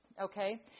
Okay